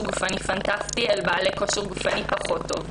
גופני פנטסטי אל מול בעלי כושר גופני פחות טוב,